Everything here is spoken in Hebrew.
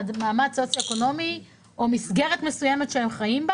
מעמד סוציו אקונומי או מסגרת מסוימת בה הם חיים,